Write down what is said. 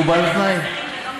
מקובל התנאי?